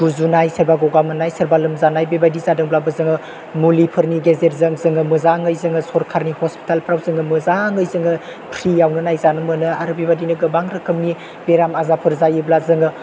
गुजुनाय सोरबा गगा मोननाय सोरबा लोमजानाय बेबायदि जादोंब्लाबो जोङो मुलिफोरनि गेजेरजों जोङो मोजाङै जोङो सरखारनि हस्पिटालफ्राव जोङो मोजाङै जोङो फ्रिआवनो नायजानो मोनो आरो बेबादिनो गोबां रोखोमनि बेराम आजारफोर जायोब्ला जोङो